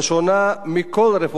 מדובר בתהליך של הלאמה,